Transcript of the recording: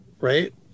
right